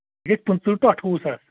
یہِ گژھِ پٕنٛژٕہ ٹو اَٹھووُہ ساس